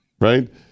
right